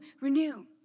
renew